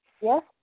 Yes